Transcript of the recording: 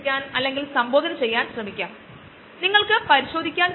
അല്ലെകിൽ ഒരേ സമയം വേവ് ബയോറിയാക്ടർ എന്ന ബയോറിയാക്ടർ നിലവിൽ വരണം